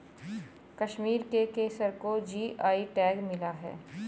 कश्मीर के केसर को जी.आई टैग मिला है